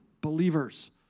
believers